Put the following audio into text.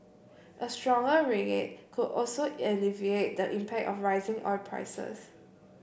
a stronger ringgit could also alleviate the impact of rising oil prices